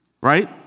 Right